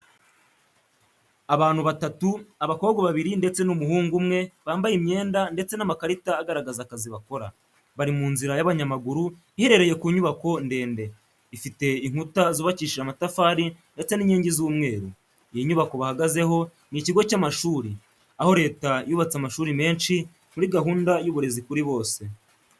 Abantu batatu, abakobwa babiri ndetse n’umuhungu umwe bambaye imyenda ndetse n’amakarita agaragaza akazi bakora. Bari mu nzira y’abanyamaguru iherereye ku nyubako ndende, ifite inkuta zubakishije amatafari ndetse n’inkingi z’umweru. Iyi nyubako bahagazeho ni ikigo cy’amashuri, aho Leta yubatse amashuri menshi muri gahunda y’uburezi kuri bose.